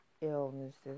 illnesses